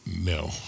No